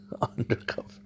Undercover